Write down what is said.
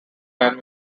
band